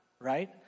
right